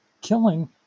killing